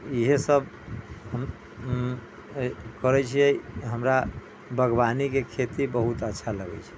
इहे सभ करै छियै हमरा बागबानी के खेती बहुत अच्छा लगै छै